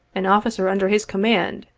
an officer under his command,